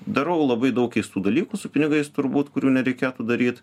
darau labai daug keistų dalykų su pinigais turbūt kurių nereikėtų daryt